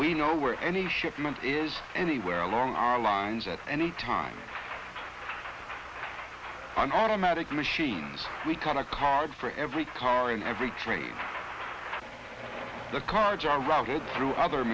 we know where any shipment is anywhere along our lines at any time on automatic machines we can a card for every car in every trade the cards are routed through other